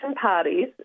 parties